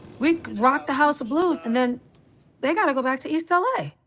we rock the house of blues, and then they got to go back to east l a.